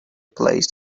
placed